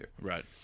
Right